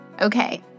Okay